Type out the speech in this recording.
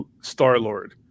Star-Lord